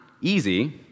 easy